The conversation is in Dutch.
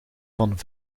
van